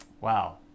Wow